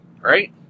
Right